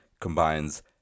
combines